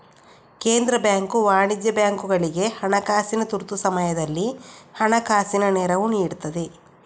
ಕೇಂದ್ರ ಬ್ಯಾಂಕು ವಾಣಿಜ್ಯ ಬ್ಯಾಂಕುಗಳಿಗೆ ಹಣಕಾಸಿನ ತುರ್ತು ಸಮಯದಲ್ಲಿ ಹಣಕಾಸಿನ ನೆರವು ನೀಡ್ತದೆ